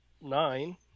nine